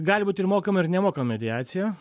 gali būt ir mokama ir nemokama mediacija